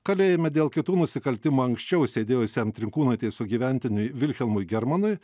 kalėjime dėl kitų nusikaltimų anksčiau sėdėjusiam trinkūnaitės sugyventiniui vilhelmui germanui